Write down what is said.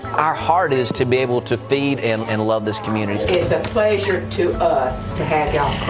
our heart is to be able to feed and and love this community. it is a pleasure to us to have yeah